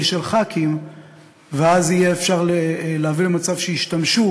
של חברי כנסת ואז יהיה אפשר להביא למצב שישתמשו